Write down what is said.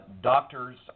doctors